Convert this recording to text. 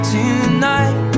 Tonight